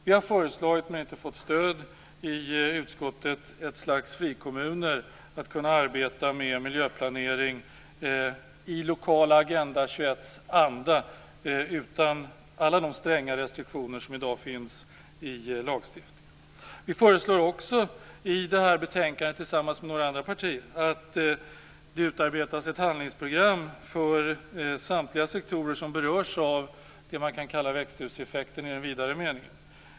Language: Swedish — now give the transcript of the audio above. Vi har föreslagit, men inte fått stöd i utskottet, att ett slags frikommuner skall arbeta lokalt med miljöplanering i en Agenda 21-anda utan de stränga restriktioner som i dag finns i lagstiftningen. Vi föreslår också tillsammans med några andra partier att det skall utarbetas ett handlingsprogram för samtliga sektorer som berörs av växthuseffekten i en vidare mening.